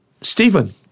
Stephen